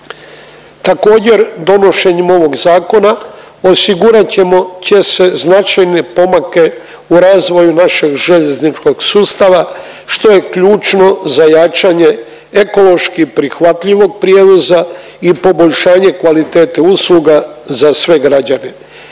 Također donošenjem ovog zakona osigurat ćemo će se značajne pomake u razvoju našeg željezničkog sustava što je ključno za jačanje ekološki prihvatljivog prijevoza i poboljšanje kvalitete usluga za sve građane.